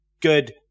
good